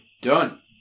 Done